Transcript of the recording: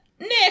Nick